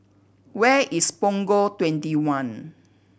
where is Punggol Twenty one